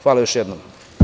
Hvala još jednom.